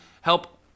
help